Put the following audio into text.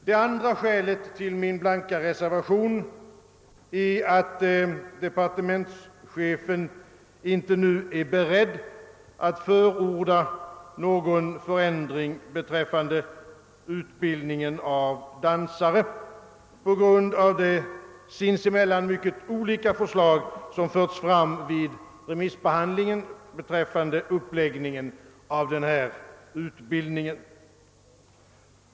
Det andra skälet till min blanka reservation är att departementschefen inte nu är beredd att förorda någon förändring beträffande utbildningen av dansare på grund av de sinsemellan mycket olika förslag som förts fram vid remissbehandlingen «beträffande uppläggningen av denna utbildning.